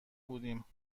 بودیم